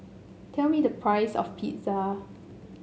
tell me the price of Pizza